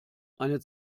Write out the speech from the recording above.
eine